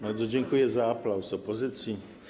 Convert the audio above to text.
Bardzo dziękuję za aplauz opozycji.